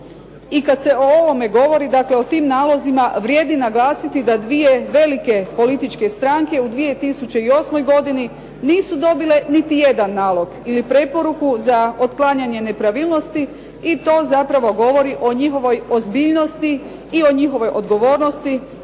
i kad se o ovome govori, dakle o tim nalozima vrijedi naglasiti da dvije velike političke stranke u 2008. godini nisu dobile niti jedan nalog ili preporuku za otklanjanje nepravilnosti, i to zapravo govori o njihovoj ozbiljnosti i o njihovoj odgovornosti